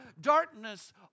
darkness